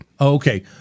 Okay